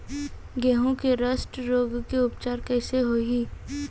गेहूँ के रस्ट रोग के उपचार कइसे होही?